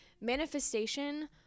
manifestation